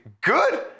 Good